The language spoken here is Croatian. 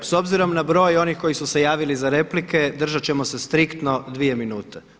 S obzirom na broj onih koji su se javili za replike držat ćemo se striktno dvije minute.